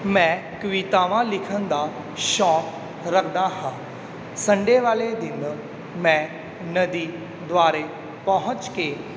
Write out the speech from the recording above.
ਮੈਂ ਕਵਿਤਾਵਾਂ ਲਿਖਣ ਦਾ ਸ਼ੌਂਕ ਰੱਖਦਾ ਹਾਂ ਸੰਡੇ ਵਾਲੇ ਦਿਨ ਮੈਂ ਨਦੀ ਦੁਆਰੇ ਪਹੁੰਚ ਕੇ